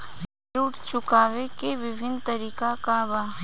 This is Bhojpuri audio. ऋण चुकावे के विभिन्न तरीका का बा?